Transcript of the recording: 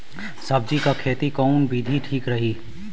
सब्जी क खेती कऊन विधि ठीक रही?